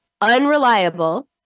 unreliable